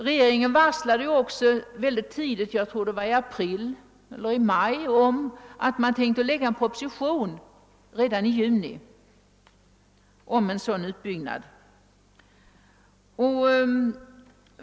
Regeringen varslade mycket tidigt — jag tror att det var i april eller i maj — att den tänkte lägga en proposition redan i juni om en sådan utbyggnad.